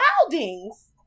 Wildings